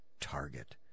target